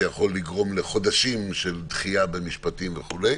שיכול לגרום לחודשים של דחייה במשפטים וכו'